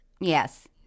Yes